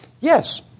Yes